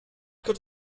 could